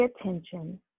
attention